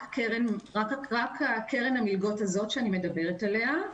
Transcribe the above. רק קרן המלגות הזו שאני מדברת עליה,